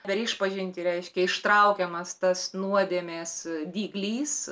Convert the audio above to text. per išpažintį reiškia ištraukiamas tas nuodėmės dyglys